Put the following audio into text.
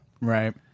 Right